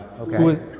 okay